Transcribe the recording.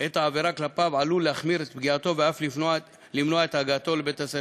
את העבירה כלפיו עלול להחמיר את פגיעתו ואף למנוע את הגעתו לבית-הספר,